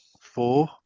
four